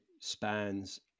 spans